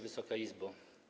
Wysoka Izbo!